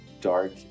dark